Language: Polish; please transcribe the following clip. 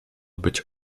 być